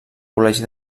col·legi